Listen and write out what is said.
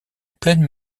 pleine